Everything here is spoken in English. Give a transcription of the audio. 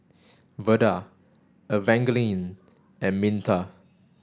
Veda Evangeline and Minta